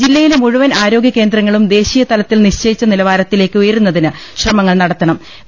ജില്ലയിലെ മുഴുവൻ ആരോഗ്യകേന്ദ്രങ്ങളും ദേശിയതലത്തിൽ നിശ്ചയിച്ച നിലവാരത്തിലേക്ക് ഉയരുന്നതിന് ശ്രമങ്ങൾ നടത്തണം്